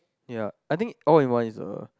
yeah I think all in one is a